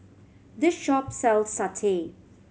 this shop sells satay